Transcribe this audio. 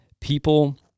people